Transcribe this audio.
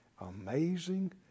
amazing